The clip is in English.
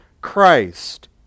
Christ